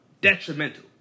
detrimental